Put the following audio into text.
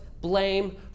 blame